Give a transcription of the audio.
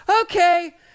okay